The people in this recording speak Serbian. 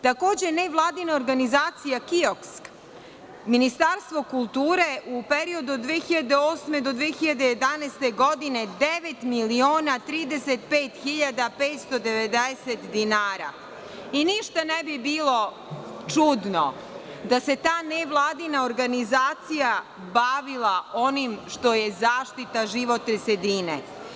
Takođe, Nevladine organizacija KIOKS, Ministarstvo kulture u periodu od 2008 – 2011. godine, 9 350 590 dinara Ništa ne bi bilo čudno da se ta nevladina organizacija bavila onim što je zaštita životne sredine.